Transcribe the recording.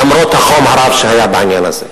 למרות החום הרב שהיה בעניין הזה,